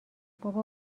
بابا